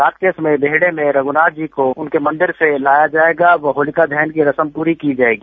रात के समय बेहड़े मे भगवान रघ्नाथ जी को उनके मंदिर से लाया जाएगा व होलिका दहन की रस्म पूरी की जाएगी